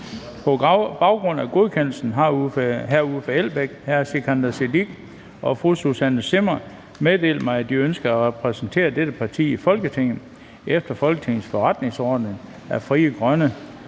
På baggrund af godkendelsen har Uffe Elbæk, Sikandar Siddique og Susanne Zimmer meddelt mig, at de ønsker at repræsentere dette parti i Folketinget. Efter Folketingets forretningsorden er Frie Grønne